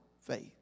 faith